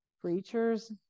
creatures